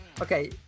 okay